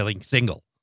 single